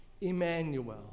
Emmanuel